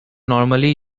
normally